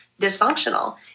dysfunctional